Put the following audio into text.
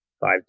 five